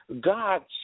God